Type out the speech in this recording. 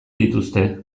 dituzte